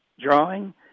drawing